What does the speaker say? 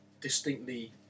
distinctly